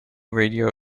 radio